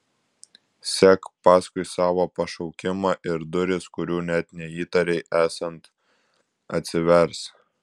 sek paskui savo pašaukimą ir durys kurių net neįtarei esant atsivers